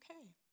okay